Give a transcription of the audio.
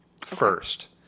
first